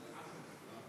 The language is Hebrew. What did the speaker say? הרווחה והבריאות נתקבלה.